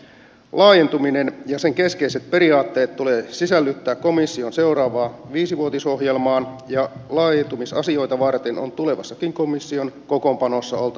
laajentuminen ja sen keskeiset periaatteet tulee sisällyttää komission seuraavaan viisivuotisohjelmaan ja laajentumisasioita varten on tulevassakin komission kokoonpanossa oltava komissaari